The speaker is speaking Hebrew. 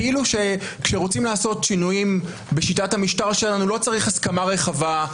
כאילו שכאשר רוצים לעשות שינויים בשיטת המשטר שלנו לא צריך הסכמה רחבה,